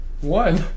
One